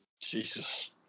Jesus